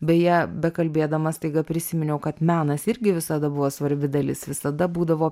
beje bekalbėdama staiga prisiminiau kad menas irgi visada buvo svarbi dalis visada būdavo